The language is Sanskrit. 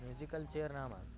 म्यूजिकल् चेर् नाम